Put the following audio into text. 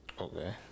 Okay